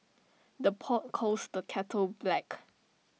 the pot calls the kettle black